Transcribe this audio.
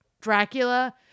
Dracula